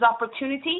opportunity